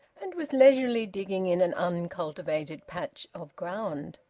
and was leisurely digging in an uncultivated patch of ground.